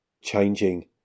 changing